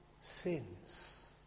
sins